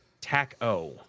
taco